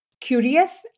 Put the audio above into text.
curious